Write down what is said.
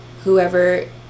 whoever